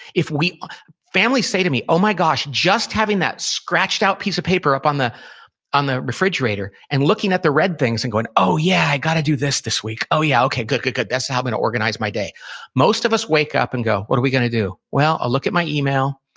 families say to me, oh my gosh, just having that scratched-out piece of paper up on the on the refrigerator, and looking at the red things and going, oh, yeah, i gotta do this this week oh yeah, okay, good-good-good, that's how i'm gonna organize my day most of us wake up and go, what are we gonna do? well, i'll look at my email.